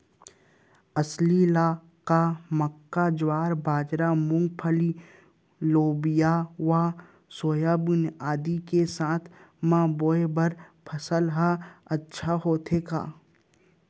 अलसी ल का मक्का, ज्वार, बाजरा, मूंगफली, लोबिया व सोयाबीन आदि के साथ म बोये बर सफल ह अच्छा होथे का?